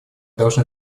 должны